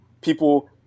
people